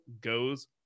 goes